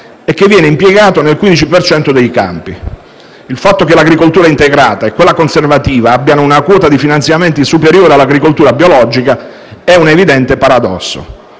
e viene impiegato nel 15 per cento dei campi. Il fatto che l'agricoltura integrata e quella conservativa abbiano una quota di finanziamenti superiore alla biologica è un evidente paradosso.